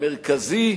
מרכזי,